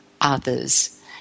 others